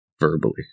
verbally